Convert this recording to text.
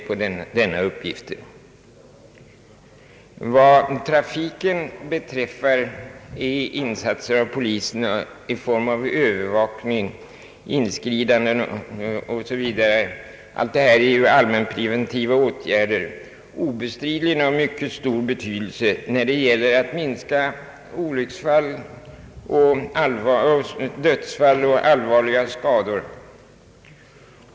Vad biltrafiken beträffar är polisens insatser i form av övervakning, inskridanden m.fl. allmänpreventiva åtgärder obestridligen av mycket stor betydelse när det gäller att minska antalet olyckor som leder till dödsfall och allvarliga skador.